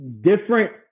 different